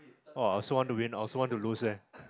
!wah! I also want to win I also want to lose leh